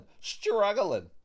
struggling